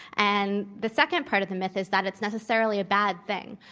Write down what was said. and the second part of the myth is that it's necessarily a bad thing.